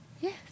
Yes